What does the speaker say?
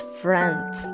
friends